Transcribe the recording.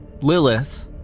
Lilith